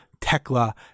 Tekla